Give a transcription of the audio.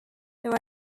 there